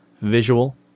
visual